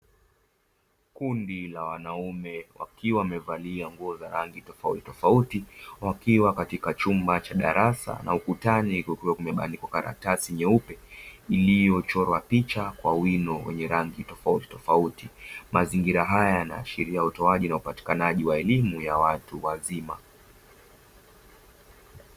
Kundi la wanaume wakiwa wamevalia nguo za rangi tofautitofauti wakiwa katika chumba cha darasa, na ukutani kukiwa kumebandikwa karatasi nyeupe iliyochorwa picha kwa wino wenye rangi tofautitofauti, mazingira haya yanaashiria utoaji na upatikanaji wa elimu ya watu wazima.